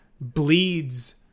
bleeds